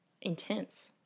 intense